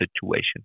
situation